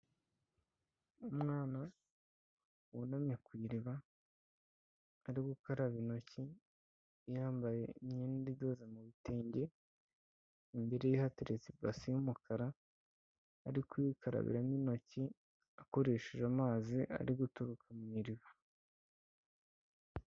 Umwana wunamye ku iriba ari gukaraba intoki, yambaye imyenda idoze mu bi bitenge, imbere ye hateretse ibasi y'umukara arikuyikarabiramo intoki akoresheje amazi ari guturuka mu iriba.